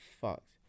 fucked